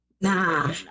Nah